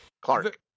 Clark